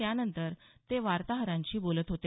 त्यानंतर ते वार्ताहरांशी बोलत होते